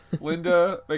linda